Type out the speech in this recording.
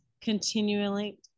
continually